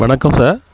வணக்கம் சார்